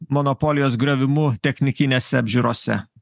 monopolijos griovimu technikinėse apžiūrose